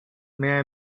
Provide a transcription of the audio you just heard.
may